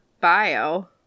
bio